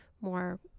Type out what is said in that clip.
more